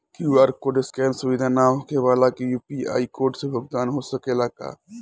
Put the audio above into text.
QR code scan सुविधा ना होखे वाला के यू.पी.आई कोड से भुगतान हो सकेला का?